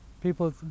people